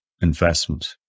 investment